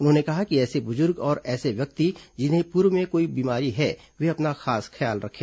उन्होने कहा कि ऐसे बुजुर्ग और ऐसे व्यक्ति जिन्हें पूर्व में कोई बीमारी है वे अपना खास ख्याल रखे